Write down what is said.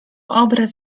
obraz